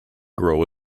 grow